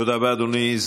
תודה רבה, אדוני.